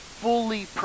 fully